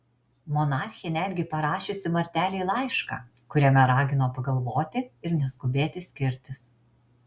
monarchė netgi parašiusi martelei laišką kuriame ragino pagalvoti ir neskubėti skirtis